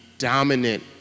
dominant